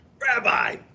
rabbi